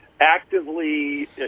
actively